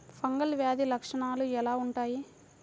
Fungal వ్యాధి లక్షనాలు ఎలా వుంటాయి?